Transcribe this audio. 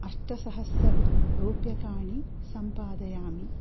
अष्टसहस्ररुप्यकाणि सम्पादयामि